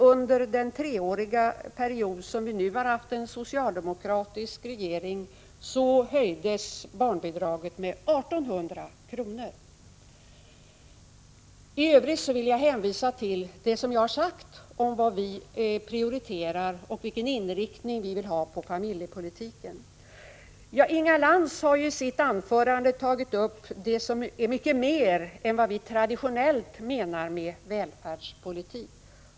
Under den treåriga period som vi nu har haft en socialdemokratisk regering har barnbidraget höjts med 1 800 kr. I övrigt vill jag hänvisa till det som jag har sagt om vad vi prioriterar och vilken inriktning vi vill ha på familjepolitiken. Inga Lantz har i sitt anförande tagit upp mycket mer än det som vi traditionellt menar med välfärdspolitik.